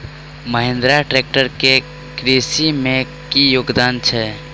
Mahindra tractor केँ कृषि मे की योगदान छै?